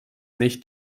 nicht